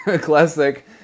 classic